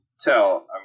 tell